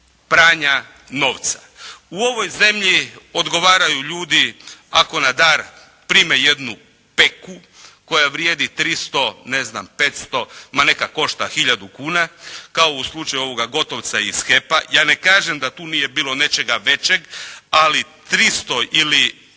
pranja novca. U ovoj zemlji odgovaraju ljudi ako na dar prime jednu peku koja vrijedi 300, 500 ma neka košta hiljadu kuna, kao u slučaju ovoga Gotovca iz HEP-a. Ja ne kažem da tu nije bilo nečega većeg, ali 300 ili 500